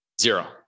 zero